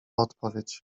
odpowiedź